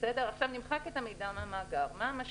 נמחק את המידע מהמאגר מה המשמעות?